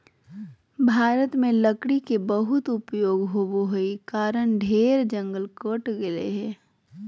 भारत में लकड़ी के बहुत उपयोग होबो हई कारण ढेर जंगल कट गेलय हई